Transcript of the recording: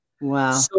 Wow